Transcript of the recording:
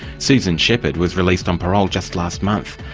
susan shepherd was released on parole just last month.